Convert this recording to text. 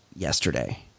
yesterday